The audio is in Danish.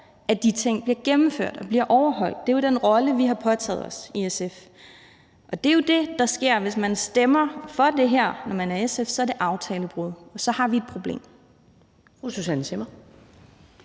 at de ting bliver gennemført og bliver overholdt. Det er jo den rolle, vi har påtaget os i SF. Det er jo det, der sker, hvis man stemmer for det her, når man er SF, nemlig at det er aftalebrud, og så har vi et problem.